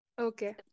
okay